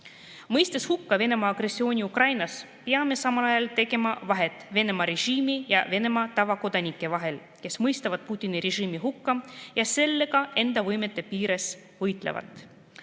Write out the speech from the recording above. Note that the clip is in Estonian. Mõistes hukka Venemaa agressiooni Ukrainas, peame samal ajal tegema vahet Venemaa režiimi ja Venemaa tavakodanike vahel, kes mõistavad Putini režiimi hukka ja sellega enda võimete piires võitlevad.